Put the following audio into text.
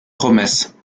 promesse